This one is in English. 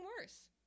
worse